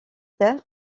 terre